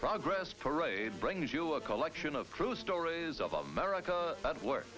progress parade brings you a collection of true stories of american work